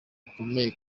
bukomeye